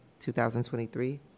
2023